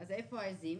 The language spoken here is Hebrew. אז איפה ה"עיזים"?